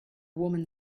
woman